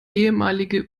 ehemalige